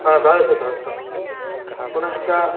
द्वादशसहस्रं पुनश्च